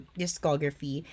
discography